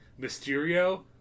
Mysterio